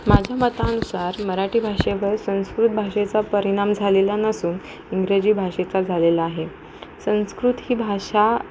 माझ्या मतानुसार मराठी भाषेवर संस्कृत भाषेचा परिणाम झालेला नसून इंग्रजी भाषेचा झालेला आहे संस्कृत ही भाषा